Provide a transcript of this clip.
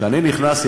כשאני נכנס,